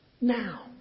now